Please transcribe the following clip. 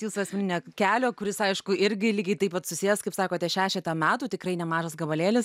jūsų asmeninio kelio kuris aišku irgi lygiai taip pat susijęs kaip sakote šešetą metų tikrai nemažas gabalėlis